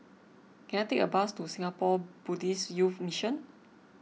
can I take a bus to Singapore Buddhist Youth Mission